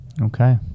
Okay